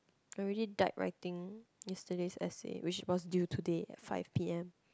I already died writing yesterday's essay which was due today at five p_m